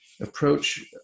approach